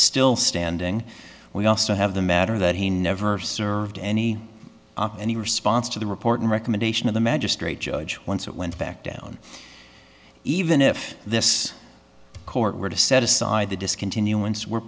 still standing we also have the matter that he never served any any response to the report and recommendation of the magistrate judge once it went back down even if this court were to set aside the discontinuance were